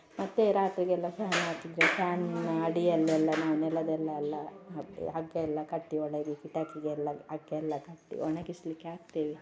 ಮತ್ತೆ ರಾತ್ರಿಗೆಲ್ಲ ಫ್ಯಾನ್ ಹಾಕಿದ್ರೆ ಫ್ಯಾನ್ ಅಡಿಯಲ್ಲೆಲ್ಲ ನಾವು ನೆಲದಲ್ಲಿ ಎಲ್ಲ ಮತ್ತೆ ಹಗ್ಗ ಎಲ್ಲ ಕಟ್ಟಿ ಒಳಗೆ ಕಿಟಕಿಗೆ ಎಲ್ಲ ಹಗ್ಗ ಎಲ್ಲ ಕಟ್ಟಿ ಒಣಗಿಸಲಿಕ್ಕೆ ಹಾಕ್ತೇವೆ